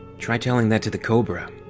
try telling that to the cobra.